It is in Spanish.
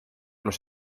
los